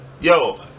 Yo